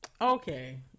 Okay